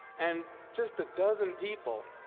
and just a dozen people,